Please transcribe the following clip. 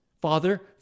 Father